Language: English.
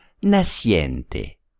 naciente